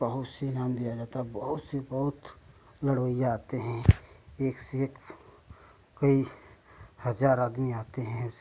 बहुत से नाम दिया जाता है बहुत सी बहुत लड़वाइया आते हैं एक से एक कई हज़ार आदमी आते हैं